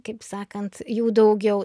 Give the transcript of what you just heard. kaip sakant jų daugiau